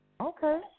Okay